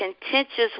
contentious